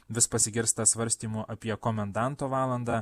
vis pasigirsta svarstymų apie komendanto valandą